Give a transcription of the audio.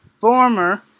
former